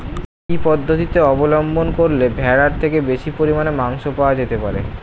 কি পদ্ধতিতে অবলম্বন করলে ভেড়ার থেকে বেশি পরিমাণে মাংস পাওয়া যেতে পারে?